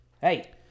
Hey